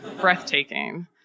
Breathtaking